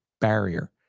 barrier